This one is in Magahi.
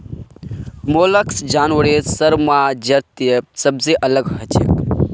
मोलस्क जानवरेर साम्राज्यत सबसे अलग हछेक